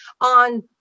on